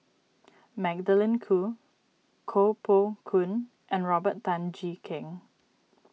Magdalene Khoo Koh Poh Koon and Robert Tan Jee Keng